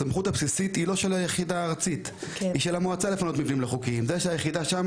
הסמכות הבסיסית לפנות מבנים לא חוקיים היא לא